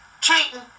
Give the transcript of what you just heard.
cheating